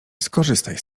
skorzystaj